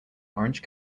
orange